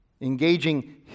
engaging